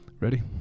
Ready